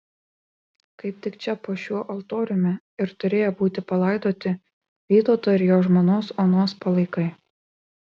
kaip tik čia po šiuo altoriumi ir turėję būti palaidoti vytauto ir jo žmonos onos palaikai